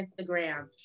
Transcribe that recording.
Instagram